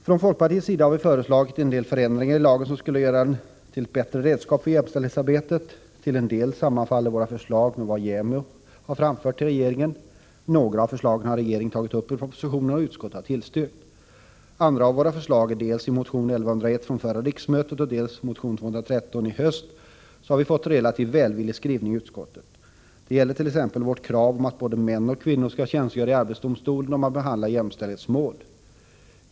Från folkpartiets sida har vi föreslagit en del förändringar i lagen som skulle göra den till ett bättre redskap i jämställdhetsarbetet. Till en del sammanfaller våra förslag med vad JämO har framfört till regeringen. Några av förslagen har regeringen tagit upp i propositionen, och utskottet har tillstyrkt. Andra av våra förslag finns dels i motion 1101 från förra riksmötet, dels i motion 213 från i höst och har fått en relativt välvillig skrivning i utskottet. Det gäller t.ex. vårt krav att både män och kvinnor skall tjänstgöra iarbetsdomstolen då man behandlar jämställdhetsmål.